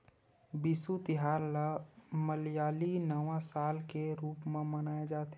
बिसु तिहार ल मलयाली नवा साल के रूप म मनाए जाथे